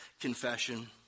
confession